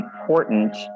important